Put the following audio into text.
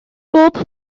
bob